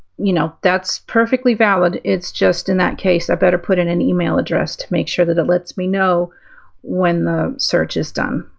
you know that's perfectly valid it's just in that case i better put in an email address to make sure that it lets me know when the search is done.